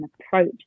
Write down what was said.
approach